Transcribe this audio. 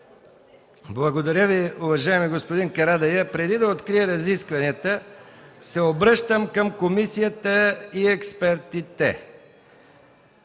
Благодаря Ви, уважаеми господин Карадайъ. Преди да открия разискванията, се обръщам към комисията и експертите.